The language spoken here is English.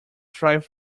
strive